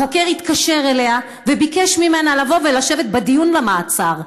החוקר התקשר אליה וביקש ממנה לבוא ולשבת בדיון המעצר.